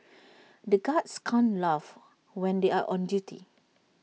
the guards can't laugh when they are on duty